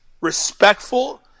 respectful